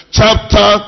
chapter